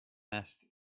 asked